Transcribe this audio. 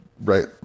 right